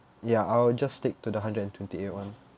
ya I'll just stick to the hundred and twenty eight one